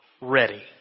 ready